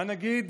מה נגיד?